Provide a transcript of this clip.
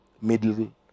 middle